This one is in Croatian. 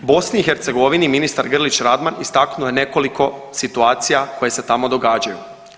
BiH ministar Grlić Radman istaknuo je nekoliko situacija koje se tamo događaju.